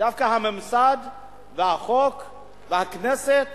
שדווקא הממסד והחוק והכנסת